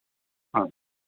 ആ